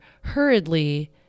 hurriedly